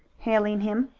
hailing him.